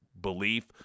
belief